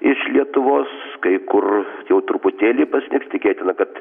iš lietuvos kai kur jau truputėlį pasnigs tikėtina kad